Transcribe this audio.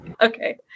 Okay